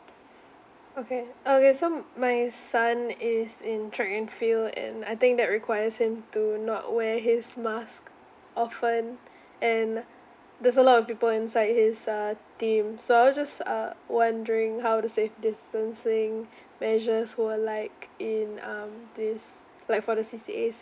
okay okay so my son is in track and field and I think that requires him to not wear his mask often and there's a lot of people inside his uh team so I just uh wondering how the safe distancing measures were like in um this like for the C_C_As